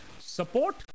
Support